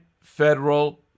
federal